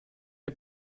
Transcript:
die